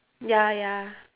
ya ya